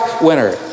winner